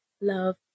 love